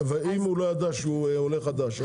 אבל אם הוא לא ידע שהוא עולה חדש?